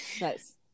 Nice